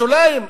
השוליים,